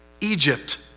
Egypt